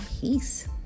peace